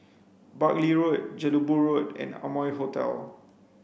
Buckley Road Jelebu Road and Amoy Hotel